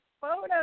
photos